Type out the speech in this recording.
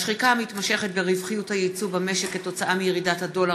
השחיקה המתמשכת ברווחיות היצוא במשק כתוצאה מירידת הדולר,